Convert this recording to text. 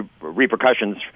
repercussions